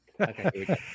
Okay